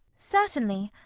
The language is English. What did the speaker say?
certainly.